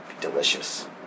Delicious